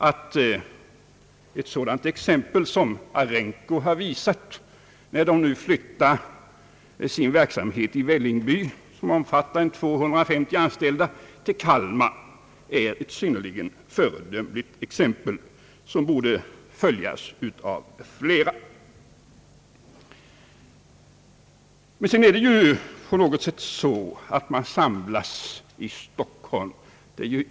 Att Arenco har flyttat sin verksamhet i Vällingby, som har omkring 250 anställda, till Kalmar är ett synnerligen föredömligt exempel som borde följas av flera. Men det är på något sätt så att man samlas i Stockholm.